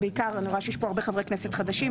אני רואה שיש פה הרבה חברי כנסת חדשים,